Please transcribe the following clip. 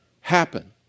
happen